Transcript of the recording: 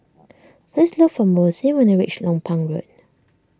please look for Mossie when you reach Lompang Road